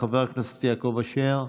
חבר הכנסת יעקב אשר,